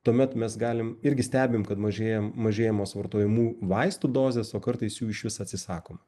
tuomet mes galim irgi stebim kad mažėja mažėjimas vartojamų vaistų dozės o kartais jų išvis atsisakoma